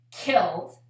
killed